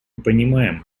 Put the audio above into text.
понимаем